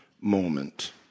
moment